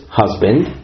husband